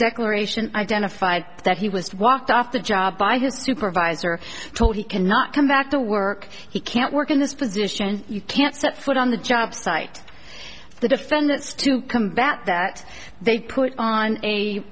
declaration identified that he was walked off the job by his supervisor told he cannot come back to work he can't work in this position you can't set foot on the job site the defendants to combat that they put on a